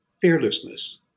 Fearlessness